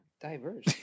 diverse